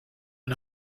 and